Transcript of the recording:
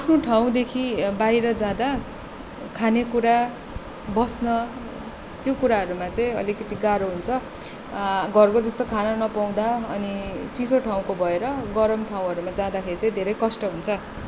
आफ्नो ठाउँदेखि बाहिर जाँदा खानेकुरा बस्न त्यो कुराहरूमा चाहिँ अतिकति गाह्रो हुन्छ घरको जस्तो खाना नपाउँदा अनि चिसो ठाउँको भएर गरम ठाउँहरूमा जाँदाखेरि चाहिँ धेरै कष्ट हुन्छ